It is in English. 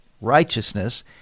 Righteousness